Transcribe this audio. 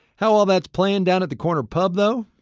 how all that's playing down at the corner pub, though,